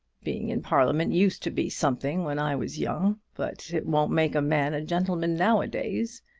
being in parliament used to be something when i was young, but it won't make a man a gentleman now-a-days.